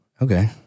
okay